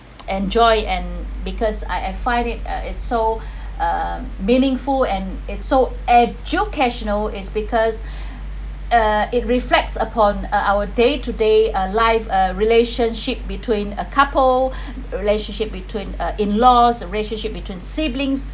enjoy and because I had find it uh it's so uh meaningful and it so educational is because uh it reflects upon uh our day to day uh life uh relationship between a couple relationship between uh in laws relationship between siblings